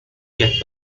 kept